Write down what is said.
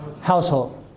household